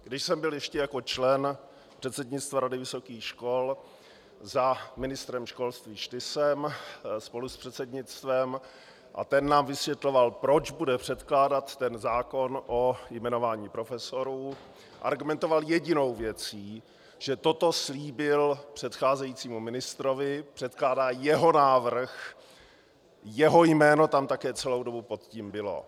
Když jsem byl ještě jako člen předsednictva Rady vysokých škol za ministrem školství Štysem spolu s předsednictvem a ten nám vysvětloval, proč bude předkládat ten zákon o jmenování profesorů, argumentoval jedinou věcí, že toto slíbil předcházejícímu ministrovi, předkládá jeho návrh, jeho jméno tam také celou dobu pod tím bylo.